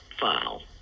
file